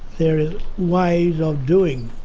there are ways of doing.